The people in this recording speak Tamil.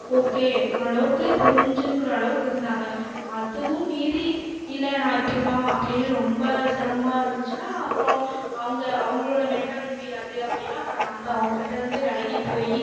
ஓகே ஓரளவுக்கு புரிஞ்சுக்குறளவுக்கு இருந்தாங்க அதுவும் மீறி இல்லை நான் இப்படி தான் அப்படினு ரொம்ப சிரமமா இருந்துச்சுன்னா அப்புறோம் அவங்க அவங்களோட மென்டாலிட்டி அது அப்படினா அப்புறம் நம்ப அவங்கக்கிட்டருந்து விலகி போய்